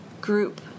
group